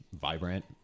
vibrant